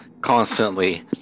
constantly